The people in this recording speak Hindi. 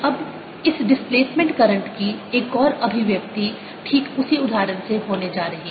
अब इस डिस्प्लेसमेंट करंट की एक और अभिव्यक्ति ठीक इसी उदाहरण से होने जा रही है